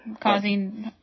causing